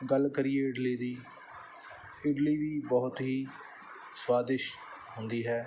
ਗੱਲ ਕਰੀਏ ਇਡਲੀ ਦੀ ਇਡਲੀ ਵੀ ਬਹੁਤ ਹੀ ਸਵਾਦਿਸ਼ ਹੁੰਦੀ ਹੈ